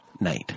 night